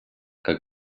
как